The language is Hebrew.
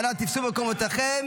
אנא תפסו את מקומותיכם.